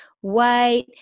white